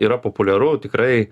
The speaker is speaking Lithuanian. yra populiaru tikrai